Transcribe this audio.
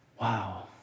Wow